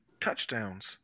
touchdowns